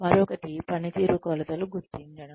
మరొకటి పనితీరు కొలతలు గుర్తించడం